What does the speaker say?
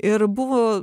ir buvo